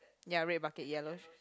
ya red bucket yellow